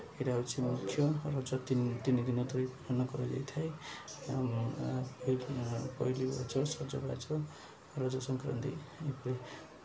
ଏଟା ହେଉଛି ମୁଖ୍ୟ ରଜ ତିନି ଦିନ ଧରି ପାଳନ କରାଯାଇଥାଏ ପହିଲି ରଜ ସଜବାଜ ରଜ ସଂକ୍ରାନ୍ତି ଏପରି